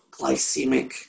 glycemic